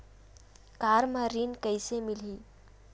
Car म ऋण कइसे मिलही?